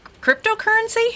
cryptocurrency